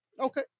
Okay